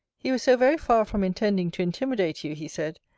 he was so very far from intending to intimidate you, he said,